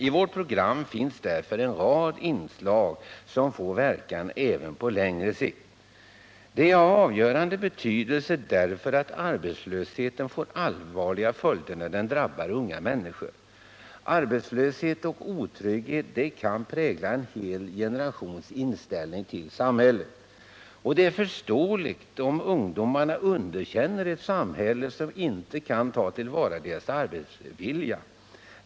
I vårt program finns därför en rad inslag som får verkan även på längre sikt. Detta är av avgörande betydelse därför att arbetslösheten får allvarliga följder när den drabbar unga människor. Arbetslöshet och otrygghet kan prägla en hel generations inställning till samhället. Det är förståeligt om ungdomarna underkänner ett samhälle som inte kan ta till vara deras arbetsvilja.